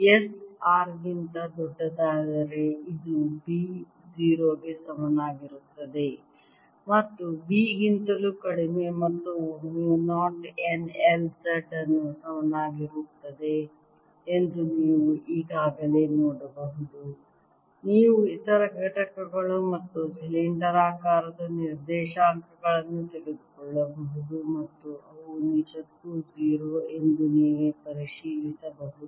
S R ಗಿಂತ ದೊಡ್ಡದಾದರೆ ಇದು B 0 ಗೆ ಸಮನಾಗಿರುತ್ತದೆ ಮತ್ತು B ಗಿಂತಲೂ ಕಡಿಮೆ ಮೊತ್ತವು ಮ್ಯೂ 0 n I z ಅನ್ನು ಸಮನಾಗಿರುತ್ತದೆ ಎಂದು ನೀವು ಈಗಾಗಲೇ ನೋಡಬಹುದು ನೀವು ಇತರ ಘಟಕಗಳು ಮತ್ತು ಸಿಲಿಂಡರಾಕಾರದ ನಿರ್ದೇಶಾಂಕಗಳನ್ನು ತೆಗೆದುಕೊಳ್ಳಬಹುದು ಮತ್ತು ಅವು ನಿಜಕ್ಕೂ 0 ಎಂದು ನೀವೇ ಪರಿಶೀಲಿಸಬಹುದು